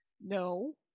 No